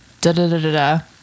da-da-da-da-da